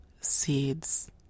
seeds